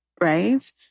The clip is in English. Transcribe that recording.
right